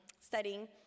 studying